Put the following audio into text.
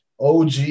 OG